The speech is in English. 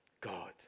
God